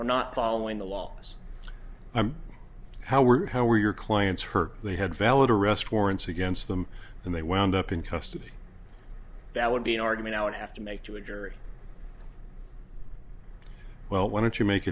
are not following the laws how were you how were your clients hurt they had valid arrest warrants against them and they wound up in custody that would be an argument i would have to make to a jury well why don't you make